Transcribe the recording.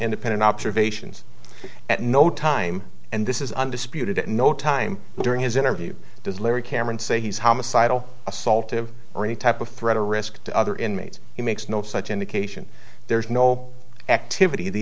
independent observations at no time and this is undisputed at no time during his interview does larry cameron say he's homicidal assaultive or any type of threat or risk to other inmates he makes no such indication there's no activity the